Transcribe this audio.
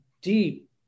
deep